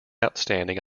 outstanding